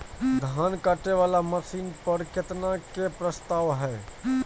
धान काटे वाला मशीन पर केतना के प्रस्ताव हय?